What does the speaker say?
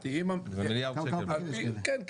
כן,